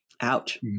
Ouch